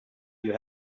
you